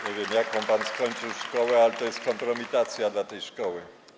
Nie wiem, jaką pan skończył szkołę, ale to jest kompromitacja dla tej szkoły.